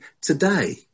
today